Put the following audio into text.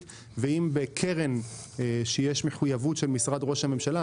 או בקרן שיש אליה מחויבות של משרד ראש הממשלה.